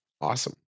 Awesome